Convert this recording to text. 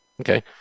Okay